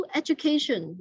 education